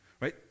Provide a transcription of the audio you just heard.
Right